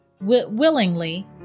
willingly